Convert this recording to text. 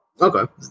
Okay